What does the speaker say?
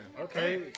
Okay